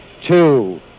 two